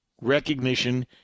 recognition